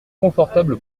confortable